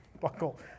Buckle